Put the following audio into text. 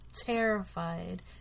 Terrified